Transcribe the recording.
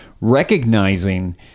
recognizing